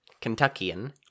Kentuckian